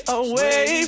away